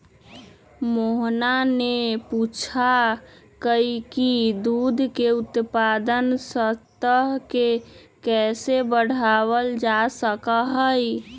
मोहना ने पूछा कई की दूध के उत्पादन स्तर के कैसे बढ़ावल जा सका हई?